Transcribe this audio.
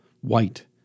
white